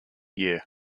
year